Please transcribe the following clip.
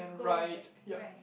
go jack right